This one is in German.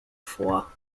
vor